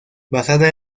basada